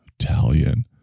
Italian